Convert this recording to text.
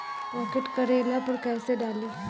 Pocket करेला पर कैसे डाली?